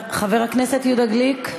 חבר הכנסת יהודה גליק,